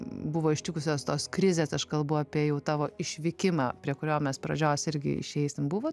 buvo ištikusios tos krizės aš kalbu apie jau tavo išvykimą prie kurio mes pradžios irgi išeisim buvo